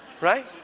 Right